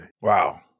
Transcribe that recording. Wow